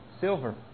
Silver